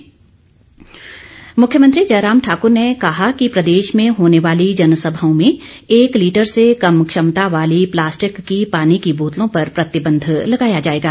पर्यावरण दिवस मुख्यमंत्री जयराम ठाकुर ने कहा कि प्रदेश में होने वाली जनसभाओं में एक लीटर से कम क्षमता वाली प्लास्टिक की पानी की बोतलों पर प्रतिबंध लगाया जाएगा